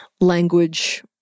language